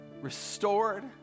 restored